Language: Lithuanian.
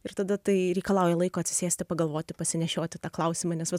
ir tada tai reikalauja laiko atsisėsti pagalvoti pasinešioti tą klausimą nes vat